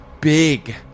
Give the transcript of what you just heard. big